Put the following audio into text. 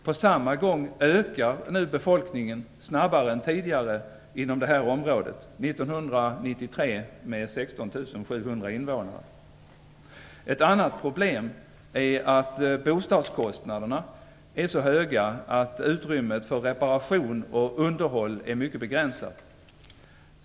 På samma gång ökar nu befolkningen snabbare än tidigare inom det här området, 1993 med Ett annat problem är att bostadskostnaderna är så höga att utrymmet för reparation och underhåll är mycket begränsat.